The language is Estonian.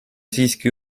siiski